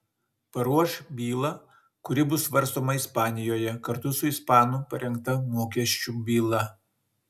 paruoš bylą kuri bus svarstoma ispanijoje kartu su ispanų parengta mokesčių byla